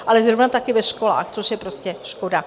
Ale zrovna tak i ve školách, což je prostě škoda.